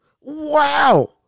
Wow